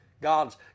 God's